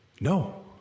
No